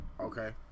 Okay